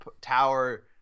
tower